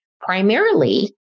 primarily